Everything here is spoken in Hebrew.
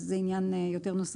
אז זה עניין יותר נוסחי.